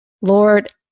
Lord